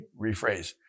rephrase